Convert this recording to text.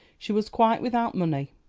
she was quite without money.